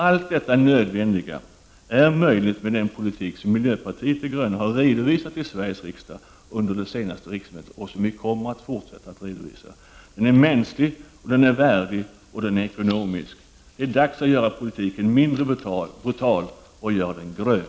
Allt detta nödvändiga är möjligt med den politik som miljöpartiet de gröna har redovisat i riksdagen under det senaste riksmötet och som vi kommer att fortsätta att redovisa. Den är mänsklig, värdig och ekonomisk. Det är dags att göra politiken mindre brutal och att göra den grön.